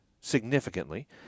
significantly